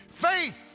Faith